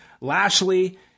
Lashley